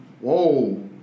Whoa